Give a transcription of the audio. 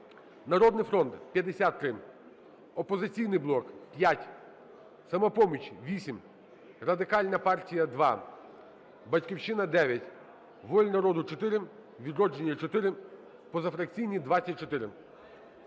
"Народний фронт" – 53, "Опозиційний блок" – 5, "Самопоміч" – 8, Радикальна партія – 2, "Батьківщина" – 9, "Воля народу" – 4, "Відродження" – 4, позафракційні – 24.